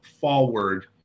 forward